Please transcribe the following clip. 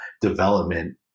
development